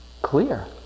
clear